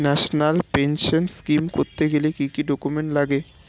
National pension scheme করতে গেলে কি কি ডকুমেন্ট লাগে?